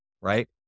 right